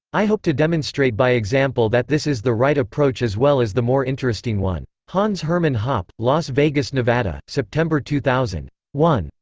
i hope to demonstrate by example that this is the right approach as well as the more interesting one. hans-hermann hoppe. las vegas, nevada. september two thousand. one.